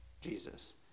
Jesus